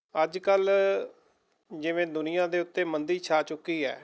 ਅੱਜ ਕੱਲ੍ਹ ਜਿਵੇਂ ਦੁਨੀਆਂ ਦੇ ਉੱਤੇ ਮੰਦੀ ਛਾ ਚੁੱਕੀ ਹੈ